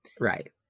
Right